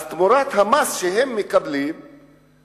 אז תמורת המס שהם משלמים הם